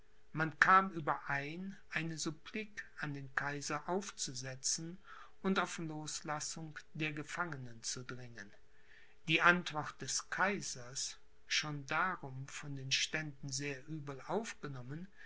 man kam überein eine supplik an den kaiser aufzusetzen und auf loslassung der gefangenen zu dringen die antwort des kaisers schon darum von den ständen sehr übel aufgenommen